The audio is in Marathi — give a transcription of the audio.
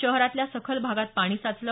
शहरातल्या सखल भागात पाणी साचलं